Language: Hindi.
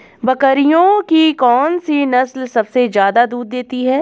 बकरियों की कौन सी नस्ल सबसे ज्यादा दूध देती है?